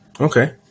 Okay